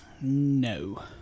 No